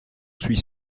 suis